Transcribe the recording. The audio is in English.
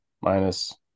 minus